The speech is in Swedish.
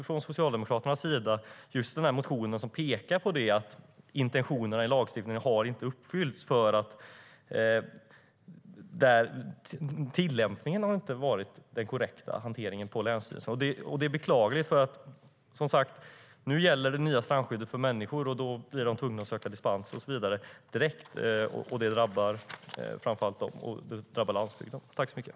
Från Socialdemokraternas sida finns ju en motion som pekar på att intentionerna i lagstiftningen inte har uppfyllts eftersom inte tillämpningen har varit den korrekta när det gäller hanteringen på länsstyrelsen.